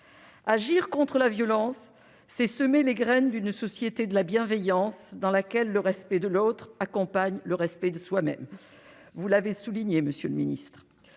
Agir contre la violence, c'est semer les graines d'une société de la bienveillance dans laquelle le respect de l'autre accompagne le respect de soi-même, comme vous l'avez souligné, monsieur le ministre.